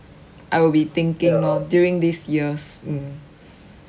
I will be thinking lor during these years